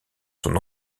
son